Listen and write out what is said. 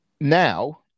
Now